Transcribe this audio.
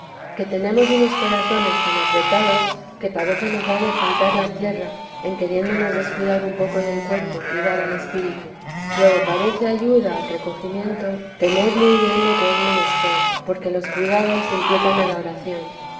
que tenemos unos corazones tan apretados que parece nos ha de faltar la tierra en queriéndonos descuidar un poco del cuerpo y dar al espíritu luego parece ayuda al recogimiento tener hia de la s w i a m mu muy bien o que es menester porque los cuidados inquietan a la oración